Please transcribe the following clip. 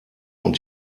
und